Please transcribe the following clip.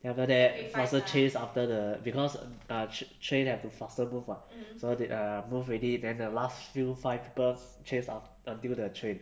then after that faster chase after the because uh tr~ train have to faster move [what] so the~ uh move already then the last few five people chase af~ until the train